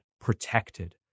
protected